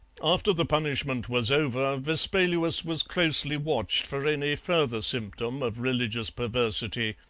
after the punishment was over, vespaluus was closely watched for any further symptom of religious perversity,